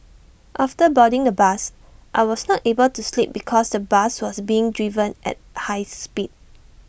after boarding the bus I was not able to sleep because the bus was being driven at high speed